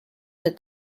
the